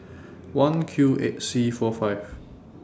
one Q eight C four five